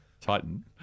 Titan